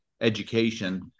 education